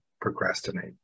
procrastinate